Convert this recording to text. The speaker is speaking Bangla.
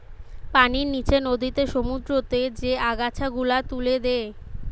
পানির নিচে নদীতে, সমুদ্রতে যে আগাছা গুলা তুলে দে